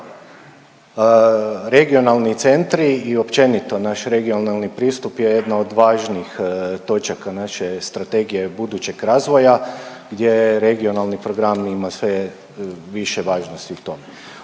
Regionalni centri i općenito naš regionalni pristup je jedna od važnijih točaka naše strategije budućeg razvoja gdje regionalni program ima sve više važnosti u tome.